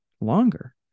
longer